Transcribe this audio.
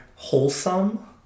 wholesome